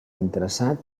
interessat